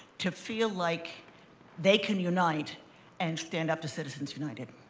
to feel like they can unite and stand up to citizens united?